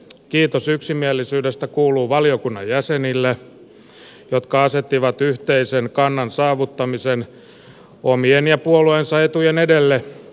kiitos yksimielisyydestä kuuluu valiokunnan jäsenille jotka asettivat yhteisen kannan saavuttamisen omien ja puolueensa etujen edelle